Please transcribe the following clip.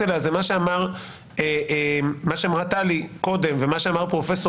אליה זה מה שאמרה טלי קודם ומה שאמר פרופ'